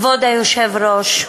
כבוד היושב-ראש,